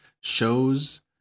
shows